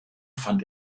fand